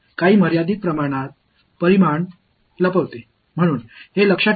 எனவே அதை நினைவில் கொள்வது முக்கியம்